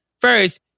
first